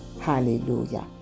hallelujah